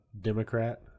democrat